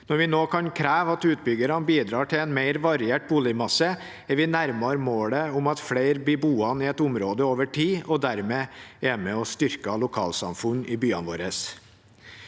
Når vi nå kan kreve at utbyggerne bidrar til en mer variert boligmasse, er vi nærmere målet om at flere blir boende i et område over tid – og dermed er med på å styrke lokalsamfunnene i byene våre.